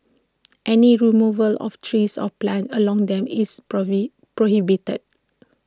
any removal of trees or plants along them is prohibited